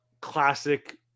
classic